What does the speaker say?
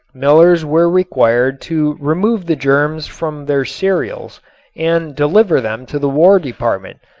millers were required to remove the germs from their cereals and deliver them to the war department.